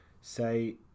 Say